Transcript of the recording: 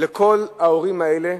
לכל ההורים האלה,